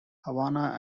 havana